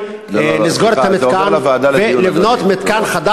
שנית, לסגור את המתקן, לא, לא, לא.